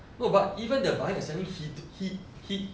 no but even the buying and signing he he he